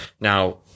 Now